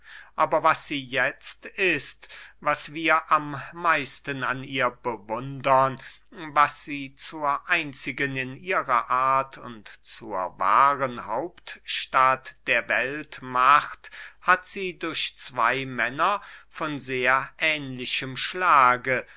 aber was sie jetzt ist was wir am meisten an ihr bewundern was sie zur einzigen in ihrer art und zur wahren hauptstadt der welt macht hat sie durch zwey männer von sehr ähnlichem schlage